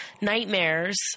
nightmares